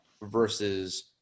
versus